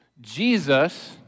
Jesus